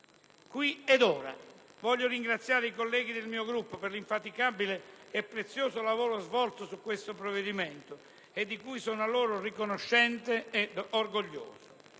Qui ed ora voglio ringraziare i colleghi del mio Gruppo per l'infaticabile e prezioso lavoro svolto su questo provvedimento di cui sono orgoglioso ed a loro